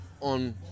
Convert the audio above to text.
on